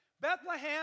Bethlehem